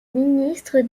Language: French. ministre